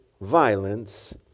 violence